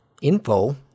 info